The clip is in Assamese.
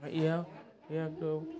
আৰু ইয়া ইয়াতো